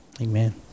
Amen